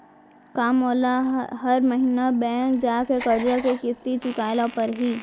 का मोला हर महीना बैंक जाके करजा के किस्ती चुकाए ल परहि?